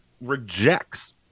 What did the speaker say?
rejects